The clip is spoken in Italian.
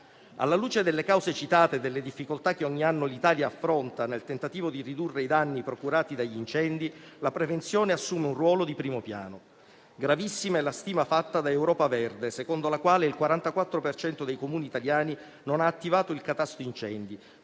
Alla luce delle cause citate e delle difficoltà che ogni anno l'Italia affronta nel tentativo di ridurre i danni procurati dagli incendi, la prevenzione assume un ruolo di primo piano. Gravissima è la stima fatta da Europa Verde, secondo la quale il 44 per cento dei Comuni italiani non ha attivato il catasto incendi,